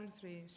three